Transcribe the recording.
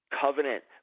covenant